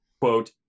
quote